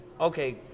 Okay